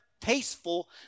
tasteful